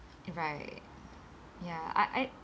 right ya I I